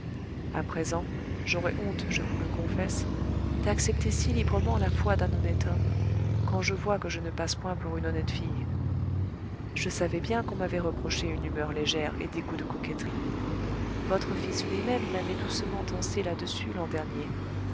à présent j'aurais honte je vous le confesse d'accepter si librement la foi d'un honnête homme quand je vois que je ne passe point pour une honnête fille je savais bien qu'on m'avait reproché une humeur légère et des goûts de coquetterie votre fils lui-même m'avait doucement tancée là-dessus l'an dernier